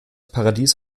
paradies